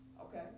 Okay